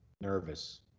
nervous